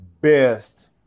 best